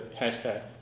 hashtag